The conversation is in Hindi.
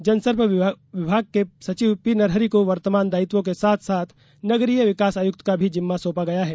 जनसंपर्क विभाग के सचिव पी नरहरि को वर्तमान दायित्वों के साथ साथ नगरीय विकास आयुक्त का भी जिम्मा सौंपा गया है